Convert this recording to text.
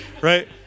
Right